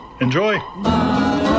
Enjoy